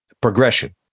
progression